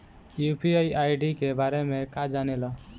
UPI ID के बारे में का जाने ल?